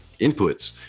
inputs